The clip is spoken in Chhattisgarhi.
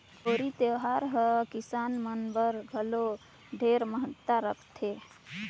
होरी तिहार हर किसान मन बर घलो ढेरे महत्ता रखथे